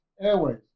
airways